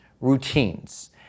routines